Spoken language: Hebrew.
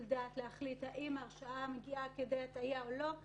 דעת להחליט האם ההרשעה מגיעה כדי הטעיה או לא.